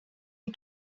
you